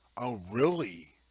oh really,